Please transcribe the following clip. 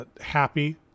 happy